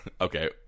Okay